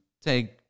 take